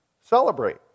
celebrate